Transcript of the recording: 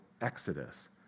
exodus